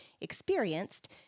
experienced